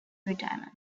retirement